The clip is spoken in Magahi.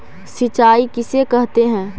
सिंचाई किसे कहते हैं?